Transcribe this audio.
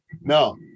No